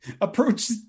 approach